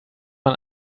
man